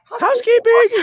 Housekeeping